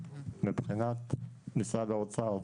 מבחינת משרד האוצר,